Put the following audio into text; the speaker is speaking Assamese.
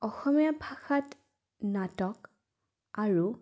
অসমীয়া ভাষাত নাটক আৰু